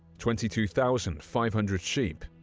twenty two thousand five hundred sheep,